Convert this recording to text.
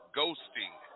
ghosting